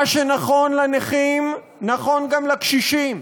מה שנכון לנכים, נכון גם לקשישים.